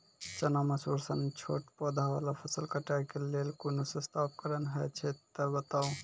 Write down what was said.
चना, मसूर सन छोट पौधा वाला फसल कटाई के लेल कूनू सस्ता उपकरण हे छै तऽ बताऊ?